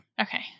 okay